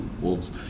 wolves